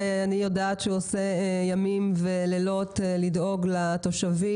ואני יודעת שהוא עושה ימים ולילות כדי לדאוג לתושבים,